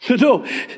No